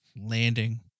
landing